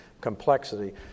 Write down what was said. complexity